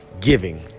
giving